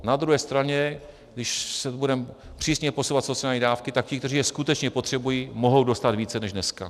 Na druhé straně když budeme přísně posuzovat sociální dávky, tak ti, kteří je skutečně potřebují, mohou dostat více než dneska.